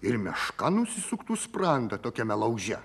ir meška nusisuktų sprandą tokiame lauže